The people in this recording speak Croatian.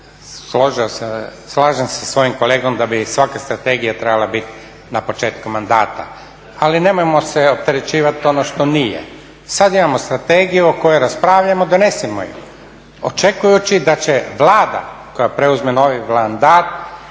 Slažem se sa svojim kolegom da bi svaka strategija trebala biti na početku mandata, ali nemojmo se opterećivati ono što nije. Sada imamo strategiju o kojoj raspravljamo, donesimo ju očekujući da će Vlada koja preuzme novi mandat